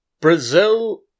Brazil